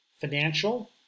financial